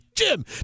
Jim